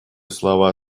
слова